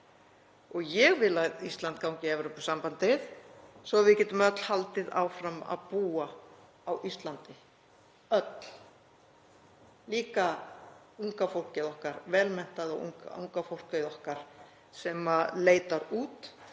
Ég vil að Ísland gangi í Evrópusambandið svo við getum öll haldið áfram að búa á Íslandi, öll, líka unga fólkið okkar, vel menntaða unga fólkið okkar sem leitar út